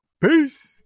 Peace